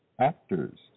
Actors